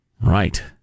Right